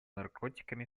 наркотиками